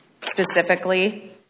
specifically